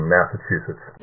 Massachusetts